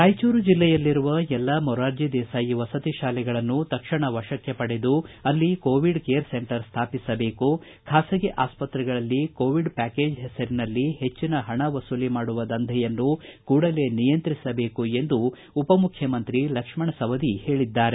ರಾಯಚೂರು ಜಿಲ್ಲೆಯಲ್ಲಿರುವ ಎಲ್ಲಾ ಮೊರಾರ್ಜಿ ದೇಸಾಯಿ ವಸತಿ ಶಾಲೆಗಳನ್ನು ತಕ್ಷಣ ವಶಕ್ಕೆ ಪಡೆದು ಅಲ್ಲಿ ಕೋವಿಡ್ ಕೇರ್ ಸೆಂಟರ್ ಸ್ವಾಪಿಸಬೇಕು ಖಾಸಗಿ ಆಸ್ಪತ್ರೆಗಳಲ್ಲಿ ಕೋವಿಡ್ ಪ್ಯಾಕೇಜ್ ಹೆಸರಿನಲ್ಲಿ ಹೆಚ್ಚಿನ ಹಣ ವಸೂಲಿ ಮಾಡುವ ದಂಧೆಯನ್ನು ಕೂಡಲೇ ನಿಯಂತ್ರಿಸಬೇಕು ಎಂದು ಉಪ ಮುಖ್ಯಮಂತ್ರಿ ಲಕ್ಷ್ಮಣ ಸವದಿ ಹೇಳಿದ್ದಾರೆ